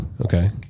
Okay